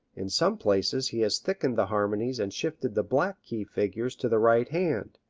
in some places he has thickened the harmonies and shifted the black key figures to the right hand.